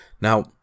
Now